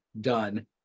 done